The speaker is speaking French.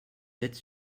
dettes